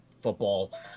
football